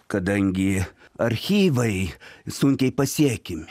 kadangi archyvai sunkiai pasiekiami